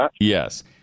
Yes